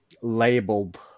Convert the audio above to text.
labeled